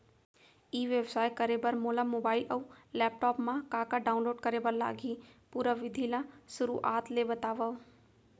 ई व्यवसाय करे बर मोला मोबाइल अऊ लैपटॉप मा का का डाऊनलोड करे बर लागही, पुरा विधि ला शुरुआत ले बतावव?